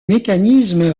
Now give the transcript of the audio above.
mécanisme